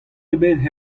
ebet